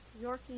Yorkie